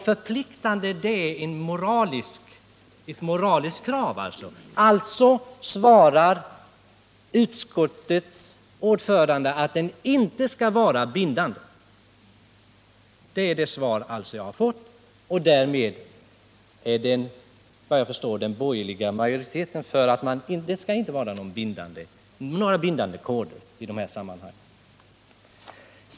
”Förpliktande” är ett moraliskt krav. Alltså svarar utskottets ordförande att koden inte skall vara bindande. Det innebär det svar som jag har fått. Såvitt jag förstår är alltså den borgerliga majoriteten för att det inte skall finnas några bindande koder i dessa sammanhang.